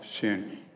sin